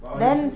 but honestly